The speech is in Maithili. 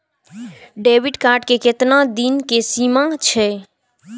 डेबिट कार्ड के केतना दिन के सीमा छै?